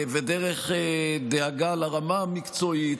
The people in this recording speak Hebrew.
ודרך דאגה לרמה המקצועית,